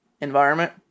environment